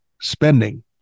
spending